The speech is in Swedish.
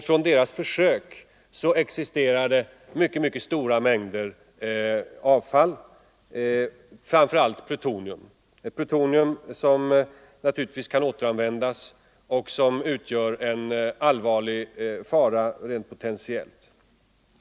Från deras kärnvapenprov kommer mycket stora mängder avfall, framför allt plutonium. Plutonium som naturligtvis kan återanvändas och som utgör en allvarlig fara rent potentiellt.